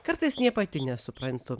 kartais nė pati nesuprantu